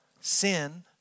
sin